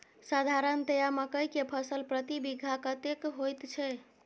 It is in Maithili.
साधारणतया मकई के फसल प्रति बीघा कतेक होयत छै?